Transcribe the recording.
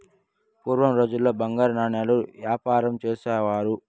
పూర్వం రోజుల్లో బంగారు నాణాలతో యాపారం చేసేవారు